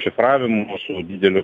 šifravimu su dideliu